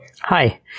Hi